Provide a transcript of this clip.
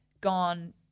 gone